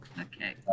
Okay